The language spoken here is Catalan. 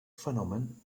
fenomen